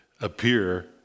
appear